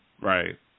Right